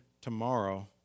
tomorrow